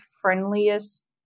friendliest